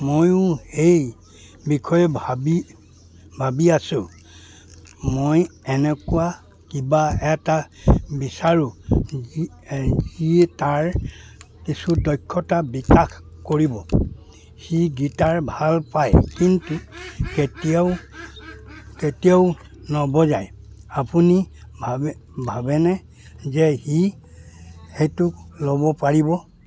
ময়ো সেই বিষয়ে ভাবি ভাবি আছোঁ মই এনেকুৱা কিবা এটা বিচাৰোঁ যিয়ে তাৰ কিছু দক্ষতা বিকাশ কৰিব সি গিটাৰ ভাল পাই কিন্তু কেতিয়াও কেতিয়াও নবজায় আপুনি ভাবেনে যে সি সেইটো ল'ব পাৰিব